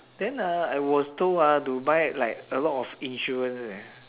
then ah I was told ah to buy like a lot of insurance leh